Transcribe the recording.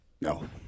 No